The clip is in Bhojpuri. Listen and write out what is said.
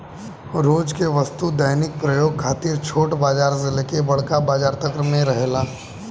रोज के वस्तु दैनिक प्रयोग खातिर छोट बाजार से लेके बड़का बाजार तक में रहेला